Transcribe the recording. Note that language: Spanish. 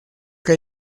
que